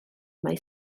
mai